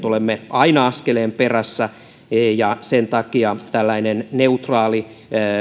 olemme aina askeleen perässä ja sen takia tällainen